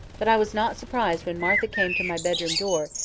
but i was not surprised when martha came to my bedroom door,